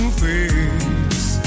face